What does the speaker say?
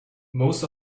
most